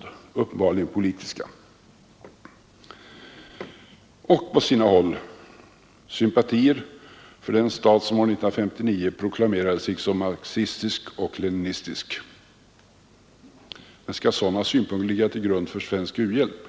De är uppenbarligen politiska — och på sina håll är skälen sympatier för den stat som år 1959 proklamerade sig som marxistisk och leninistisk. Men skall sådana synpunkter ligga till grund för svensk u-hjälp?